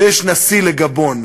שיש נשיא לגבון.